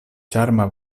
ĉarma